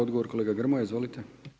Odgovor kolega Grmoja, izvolite.